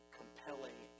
compelling